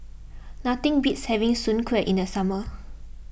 nothing beats having Soon Kueh in the summer